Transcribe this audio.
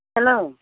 hello